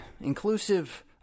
inclusive